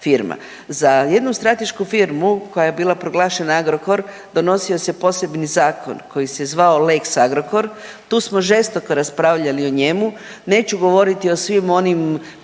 Za jednu stratešku firmu koja je bila proglašena Agrokor donosio se posebni zakon koji se zvao lex Agrokor. Tu smo žestoko raspravljali o njemu. Neću govoriti o svim onim